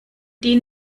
die